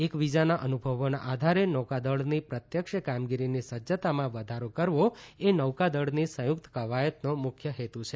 એકબીજાના અનુભવોના આધારે નૌકાદળની પ્રત્યક્ષ કામગીરીની સજ્જતામાં વધારો કરવો એ નૌકાદળની સંયુક્ત કવાયતનો મુખ્ય હેતુ છે